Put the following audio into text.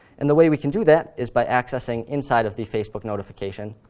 and the way we can do that is by accessing inside of the facebook notification,